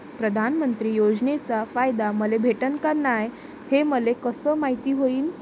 प्रधानमंत्री योजनेचा फायदा मले भेटनं का नाय, हे मले कस मायती होईन?